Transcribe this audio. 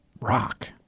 rock